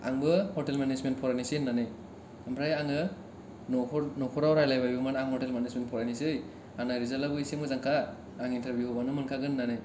आंबो hotel management फरायनोसै होननानै ओमफ्राय आङो नखर नखराव रालायबायबोमोन आं ह'टेल मेनेजमेन्ट फरायसै होननानै आंना रिजाल्थ आबो एसे मोजांखा आं इन्थारभिउ होबानो मोनखागोन होननानै